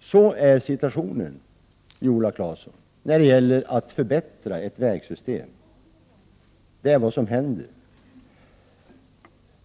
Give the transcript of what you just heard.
Sådan är situationen, Viola Claesson, när det gäller att förbättra ett vägsystem. Det är vad som händer.